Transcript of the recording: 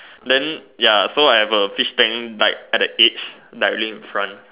then ya so I have a fish tank like at the edge directly in front